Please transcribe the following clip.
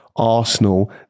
Arsenal